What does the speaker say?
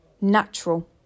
natural